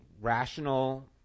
rational